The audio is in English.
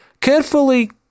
carefully